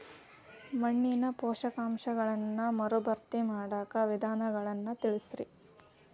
ಮಣ್ಣಿನ ಪೋಷಕಾಂಶಗಳನ್ನ ಮರುಭರ್ತಿ ಮಾಡಾಕ ವಿಧಾನಗಳನ್ನ ತಿಳಸ್ರಿ